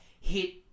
hit